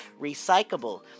recyclable